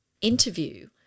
interview